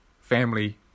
family